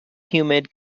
humid